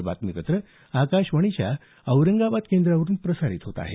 हे बातमीपत्र आकाशवाणीच्या औरंगाबाद केंद्रावरून प्रसारीत केलं जात आहे